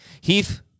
Heath